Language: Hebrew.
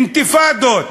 אינתיפאדות,